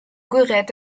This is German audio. gerät